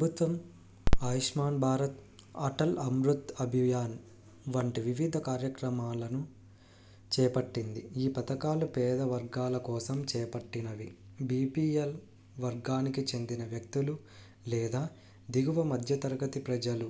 ప్రభుత్వం ఆయుష్మాన్ భారత్ అటల్ అమృత్ అభివ్యాన్ వంటి వివిధ కార్యక్రమాలను చేపట్టింది ఈ పథకాలు పేద వర్గాల కోసం చేపట్టినవి బీపీఎల్ వర్గానికి చెందిన వ్యక్తులు లేదా దిగువ మధ్య తరగతి ప్రజలు